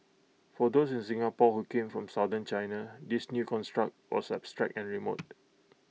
for those in Singapore who came from southern China this new construct was abstract and remote